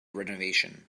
renovation